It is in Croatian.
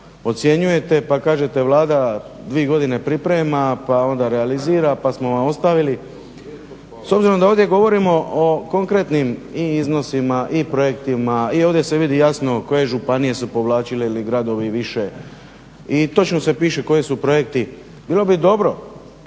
ocjenjujete pa kažete Vlada dvije godine priprema, pa onda realizira pa smo vam ostavili. S obzirom da ovdje govorimo o konkretnim i iznosima i projektima i ovdje se vidi jasno koje županije su povlačile ili gradovi više i točno se piše koji su projekti. Bilo bi dobro